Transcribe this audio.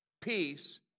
peace